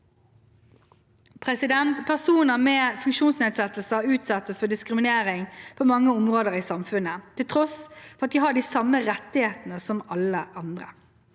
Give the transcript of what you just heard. Personer med funksjonsnedsettelse utsettes for diskriminering på mange områder i samfunnet til tross for at de har de samme rettighetene som alle andre.